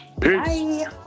Peace